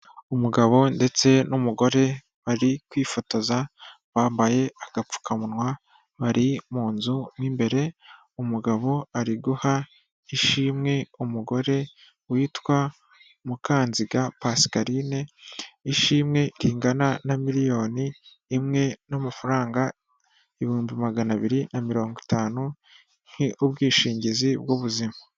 Umugabo ndetse n'umugore bari kwifotoza bambaye agapfukamunwa, bari mu nzu mo imbere umugabo ari guha ishimwe umugore witwa Mukanziga Pascaline, ishimwe ringana na miriyoni imwe n'amafaranga ibihumbi magana abiri na mirongo itanu nk'ubwishingizi bw'ubuzima.